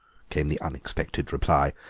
came the unexpected reply.